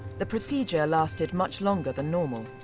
the procedure lasted much longer than normal,